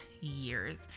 years